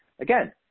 Again